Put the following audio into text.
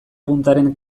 puntaren